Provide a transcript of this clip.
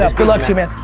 ah good luck to you man.